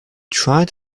tried